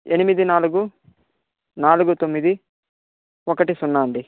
ఎనిమిది నాలుగు నాలుగు తొమ్మిది ఒకటి సున్నా అండి